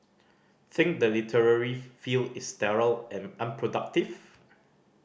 think the literary field is sterile and unproductive